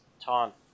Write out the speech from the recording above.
Taunt